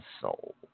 soul